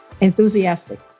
enthusiastic